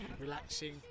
relaxing